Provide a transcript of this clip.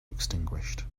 extinguished